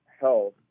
health